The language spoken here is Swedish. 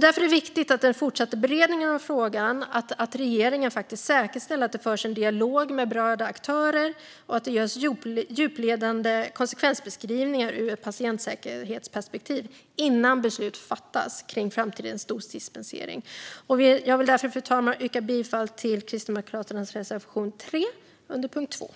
Därför är det i den fortsatta beredningen av frågan viktigt att regeringen säkerställer att det förs en dialog med berörda aktörer och att det görs djuplodande konsekvensbeskrivningar ur ett patientsäkerhetsperspektiv innan beslut fattas kring framtidens dosdispensering. Jag vill därför, fru talman, yrka bifall till Kristdemokraternas reservation 2 under punkt 2.